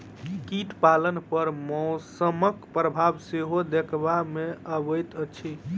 कीट पालन पर मौसमक प्रभाव सेहो देखबा मे अबैत अछि